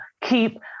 keep